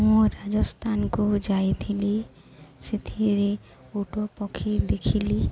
ମୁଁ ରାଜସ୍ଥାନକୁ ଯାଇଥିଲି ସେଥିରେ ଓଟ ପକ୍ଷୀ ଦେଖିଲି